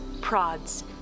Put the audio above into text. prods